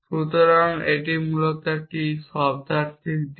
সুতরাং এটি মূলত একটি শব্দার্থিক দিক